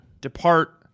depart